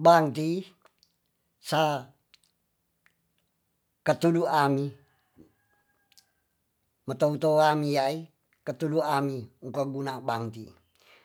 Bang ti'i sa katudua'ni matoutoan ya'e katulu a'mi muka guna bangti'i